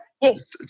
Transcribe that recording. Yes